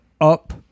up